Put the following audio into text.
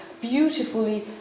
beautifully